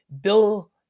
Bill